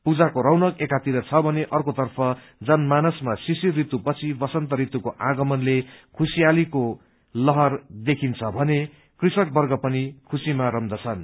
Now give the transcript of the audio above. पूजाको रौनक एकातिर छ भने अर्कोतर्फ जनमानसमा शिशिर ऋतुपछि वसन्त ऋतुको आगमनले खुशियालीको लहर देखिन्छ भने कृषकवर्ग पनि खुशीमा रम्दछन्